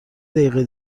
دقیقه